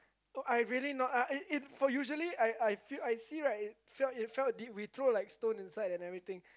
I really not uh it it for usually I I feel I see right it felt it felt deep we throw like stone inside and everything